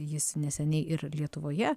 jis neseniai ir lietuvoje